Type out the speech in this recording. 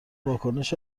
واکنش